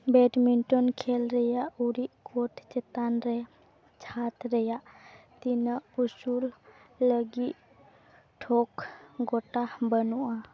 badminton ᱠᱷᱮᱞ ᱨᱮᱭᱟᱜ ᱟᱹᱨᱤ ᱠᱳᱨᱴ ᱪᱮᱛᱟᱱ ᱨᱮ ᱪᱷᱟᱸᱫᱽ ᱨᱮᱭᱟᱜ ᱛᱤᱱᱟᱹᱜ ᱩᱥᱩᱞ ᱞᱟᱹᱜᱛᱤᱭᱟ ᱴᱷᱟᱹᱣᱠᱟᱹ ᱜᱳᱴᱟ ᱵᱟᱹᱱᱩᱜᱼᱟ